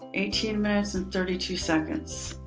eighteen minutes and thirty two seconds.